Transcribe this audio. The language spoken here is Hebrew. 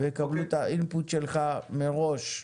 ויקבלו את האינפוט שלך מראש.